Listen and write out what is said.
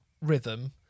rhythm